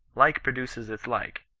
like produces its like,